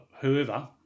Whoever